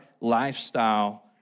lifestyle